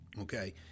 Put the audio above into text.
Okay